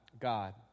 God